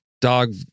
dog